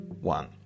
one